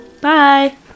Bye